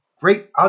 great